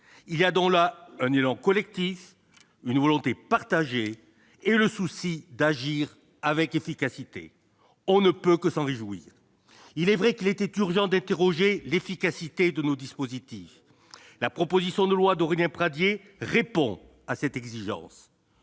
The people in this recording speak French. Il y a donc là un élan collectif, une volonté partagée et le souci d'agir avec efficacité. On ne peut que s'en réjouir. Il est vrai qu'il était urgent d'interroger l'efficacité de nos dispositifs. La proposition de loi d'Aurélien Pradié répond à cette exigence.